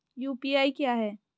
UPI क्या है?